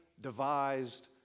devised